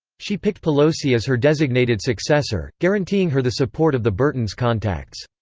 she picked pelosi as her designated successor, guaranteeing her the support of the burtons' contacts.